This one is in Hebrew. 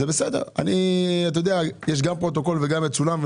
יש גם פרוטוקול וזה גם מצולם,